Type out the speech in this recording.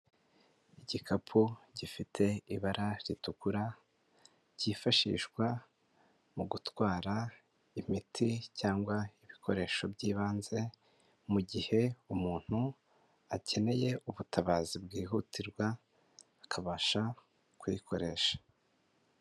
Igikapu gifite ibara ritukura, cyifashishwa mu gutwara imiti cyangwa ibikoresho by'ibanze mu gihe umuntu akeneye ubutabazi bwihutirwa akabasha kuyikoresha.